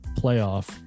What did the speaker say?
playoff